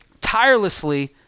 tirelessly